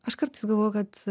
aš kartais galvoju kad